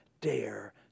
dare